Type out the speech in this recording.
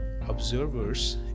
observers